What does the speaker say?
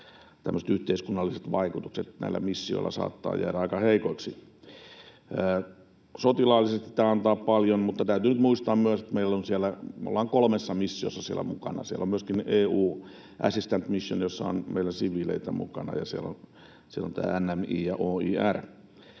tämmöiset yhteiskunnalliset vaikutukset näillä missioilla saattavat jäädä aika heikoiksi. Sotilaallisesti tämä antaa paljon, mutta täytyy nyt muistaa myös, että me ollaan kolmessa missiossa siellä mukana. Siellä on myöskin EU Assistance Mission, jossa meillä on siviileitä mukana, ja siellä on NMI ja OIR.